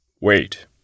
Wait